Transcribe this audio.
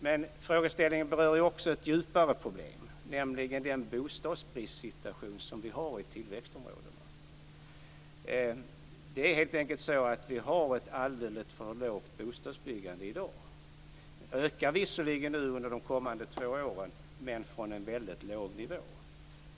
Men frågeställningen berör ju också ett djupare problem, nämligen bostadsbristsituationen i tillväxtområdena. Det är helt enkelt ett alldeles för lågt bostadsbyggande i dag. Det kommer visserligen att öka under de kommande två åren, men från en väldigt låg nivå.